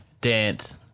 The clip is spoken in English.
dance